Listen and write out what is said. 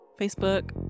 facebook